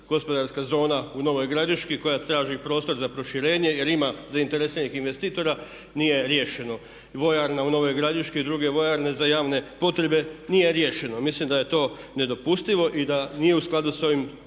gospodarska zona u Novoj Gradiški koja traži prostor za proširenje jer ima zainteresiranih investitora, nije riješeno vojarna u Novoj Gradiški i druge vojarne za javne potrebe nije riješeno. Mislim da je to nedopustivo i da nije u skladu sa ovim